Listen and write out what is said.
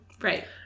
Right